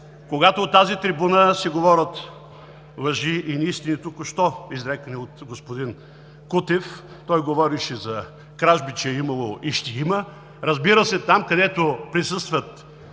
Когато от тази трибуна се говорят лъжи и неистини, току-що изречени от господин Кутев… Той говореше, че кражби е имало и ще има. Разбира се, там, където присъстват